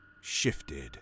shifted